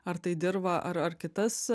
ar tai dirvą ar ar kitas